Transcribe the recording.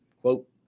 quote